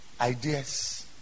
ideas